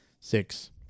six